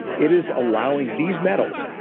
it is allowing these metals,